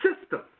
system